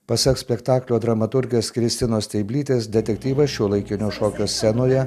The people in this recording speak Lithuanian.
pasak spektaklio dramaturgės kristinos steiblytės detektyvas šiuolaikinio šokio scenoje